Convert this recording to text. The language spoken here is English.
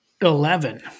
Eleven